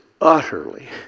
utterly